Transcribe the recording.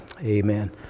Amen